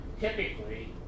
typically